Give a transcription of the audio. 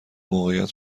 موقعیت